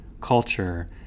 culture